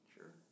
Sure